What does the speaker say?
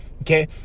okay